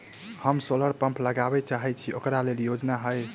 हम solar pump लगाबै चाहय छी ओकरा लेल योजना हय?